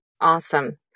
Awesome